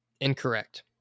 Incorrect